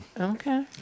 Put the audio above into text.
okay